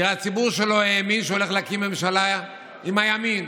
כי הציבור שלו האמין שהוא הולך להקים ממשלה עם הימין,